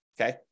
okay